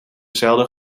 zelden